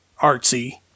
artsy